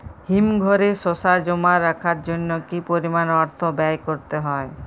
হিমঘরে শসা জমা রাখার জন্য কি পরিমাণ অর্থ ব্যয় করতে হয়?